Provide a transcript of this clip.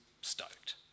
stoked